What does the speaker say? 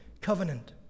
Covenant